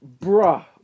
bruh